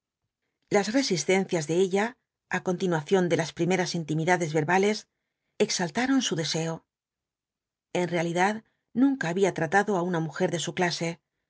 las resistencias de ella á continuación de las primeras intimidades verbales exaltaron su deseo en realidad nunca había tratado á una mujer de su clase